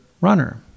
runner